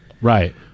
Right